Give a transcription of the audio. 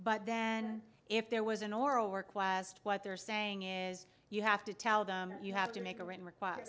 but then if there was an oral request what they're saying is you have to tell them you have to make a written requ